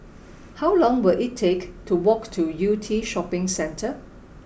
how long will it take to walk to Yew Tee Shopping Centre